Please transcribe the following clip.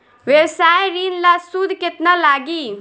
व्यवसाय ऋण ला सूद केतना लागी?